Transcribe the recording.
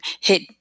hit